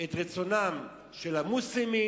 את רצונם של המוסלמים,